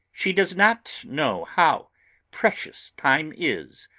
she does not know how precious time is,